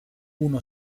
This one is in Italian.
uno